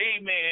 amen